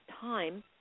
time